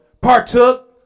partook